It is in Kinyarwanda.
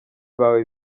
bawe